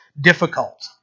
difficult